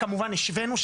כמובן השוונו.